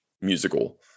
musical